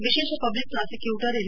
ವಿಶೇಷ public prosecutor N